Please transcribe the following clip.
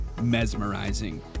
mesmerizing